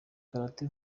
karate